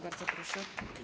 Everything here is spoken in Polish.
Bardzo proszę.